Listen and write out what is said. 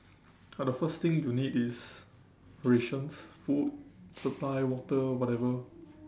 ah the first thing you need is rations food supply water whatever